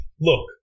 look